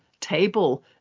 table